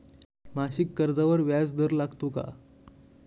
मासिक कर्जावर व्याज दर लागतो का?